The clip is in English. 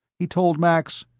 he told max,